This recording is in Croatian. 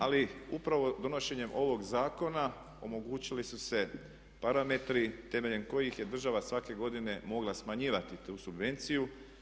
Ali upravo donošenjem ovog zakona omogućili su se parametri temeljem kojih je država svake godine mogla smanjivati tu subvenciju.